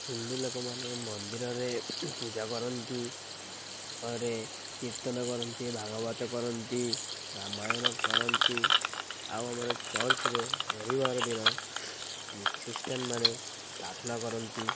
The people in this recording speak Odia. ହିନ୍ଦୁ ଲୋକମାନେ ମନ୍ଦିରରେ ପୂଜା କରନ୍ତି ତା'ପରେ କୀର୍ତ୍ତନ କରନ୍ତି ଭାଗବତ କରନ୍ତି ରାମାୟଣ କରନ୍ତି ଆଉ ଆମର ଚର୍ଚ୍ଚରେ ରବିବାର ଦିନ ଖ୍ରୀଷ୍ଟିୟାନ୍ ମାନେ ପ୍ରାର୍ଥନା କରନ୍ତି